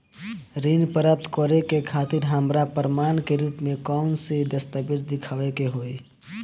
ऋण प्राप्त करे के खातिर हमरा प्रमाण के रूप में कउन से दस्तावेज़ दिखावे के होइ?